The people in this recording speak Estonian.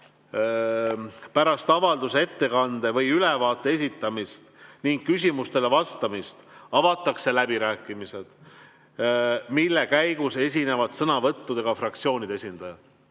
"Pärast avalduse, ettekande või ülevaate esitamist ning küsimustele vastamist avatakse läbirääkimised, mille käigus esinevad sõnavõttudega fraktsioonide esindajad."